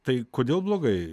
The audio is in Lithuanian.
tai kodėl blogai